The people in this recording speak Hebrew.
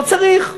לא צריך.